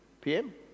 PM